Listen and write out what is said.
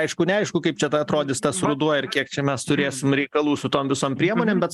aišku neaišku kaip čia tau atrodys tas ruduo ir kiek čia mes turėsim reikalų su tom visom priemonėm bet